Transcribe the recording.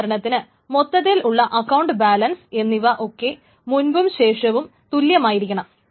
ഉദാഹരണത്തിന് മൊത്തത്തിൽ ഉള്ള അക്കൌണ്ട് ബാലൻസ് എന്നിവ ഒക്കെ മുൻപും ശേഷവും തുല്യമായിരിക്കണം